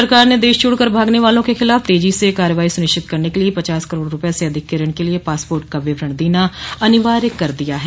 सरकार ने देश छोड़कर भागने वालों के खिलाफ तेजी के कार्रवाई सुनिश्चित करने के लिये पचास करोड़ रुपये से अधिक के ऋण के लिए पासपोर्ट का विवरण देना अनिवार्य कर दिया है